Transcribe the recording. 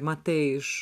matai iš